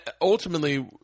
ultimately –